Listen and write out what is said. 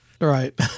right